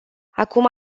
acum